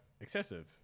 excessive